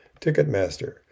Ticketmaster